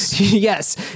Yes